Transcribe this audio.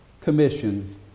commission